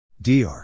Dr